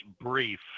Brief